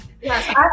Yes